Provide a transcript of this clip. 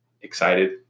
excited